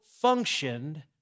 functioned